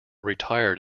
retired